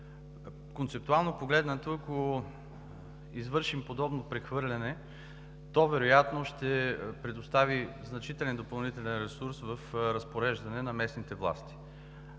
Концептуално погледнато, ако извършим подобно прехвърляне, то вероятно ще предостави значителен допълнителен ресурс в разпореждане на местните власти.